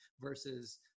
versus